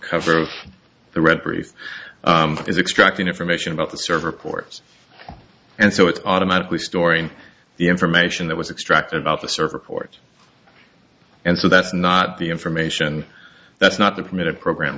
cover of the read brief is extracting information about the server ports and so it's automatically storing the information that was extracted about the server port and so that's not the information that's not the permitted program